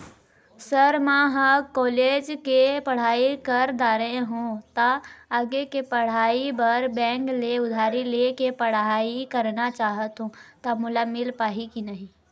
Sir म ह college के पढ़ाई कर दारें हों ता आगे के पढ़ाई बर बैंक ले उधारी ले के पढ़ाई करना चाहत हों ता मोला मील पाही की नहीं?